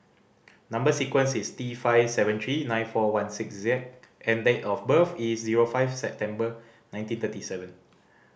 number sequence is T five seven three nine four one six Z and date of birth is zero five September nineteen thirty seven